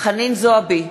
חנין זועבי,